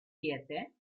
siete